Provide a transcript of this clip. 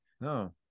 No